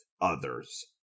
others